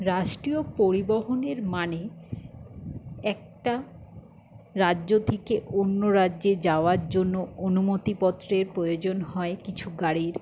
রাষ্টীয় পরিবহনের মানে একটা রাজ্য থেকে অন্য রাজ্যে যাওয়ার জন্য অনুমতি পত্রের প্রয়োজন হয় কিছু গাড়ির